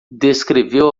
descreveu